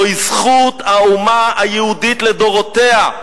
זוהי זכות האומה היהודית לדורותיה.